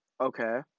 Okay